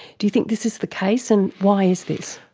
do you think this is the case and why is this?